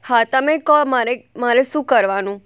હા તમે કહો મારે મારે શું કરવાનું